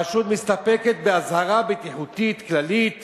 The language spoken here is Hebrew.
הרשות מסתפקת באזהרה בטיחותית כללית